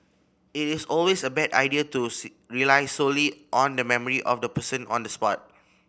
it is always a bad idea to rely solely on the memory of the person on the spot